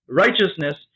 righteousness